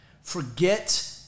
forget